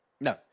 No